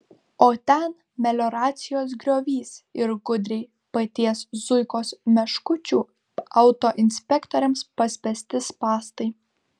o ten melioracijos griovys ir gudriai paties zuikos meškučių autoinspektoriams paspęsti spąstai